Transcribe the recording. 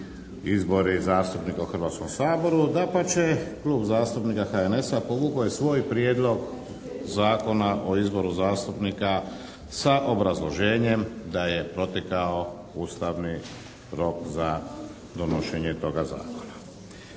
izbori zastupnika u Hrvatskom saboru. Dapače, Klub zastupnika HNS-a povukao je svoj Prijedlog zakona o izboru zastupnika sa obrazloženjem da je protekao ustavni rok za donošenje toga Zakona.